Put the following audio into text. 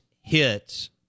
hits